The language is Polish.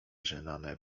rzynane